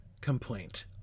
complaint